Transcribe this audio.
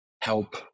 help